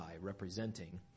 representing